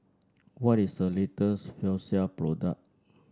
what is the latest Floxia product